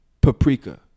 Paprika